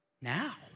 now